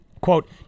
Quote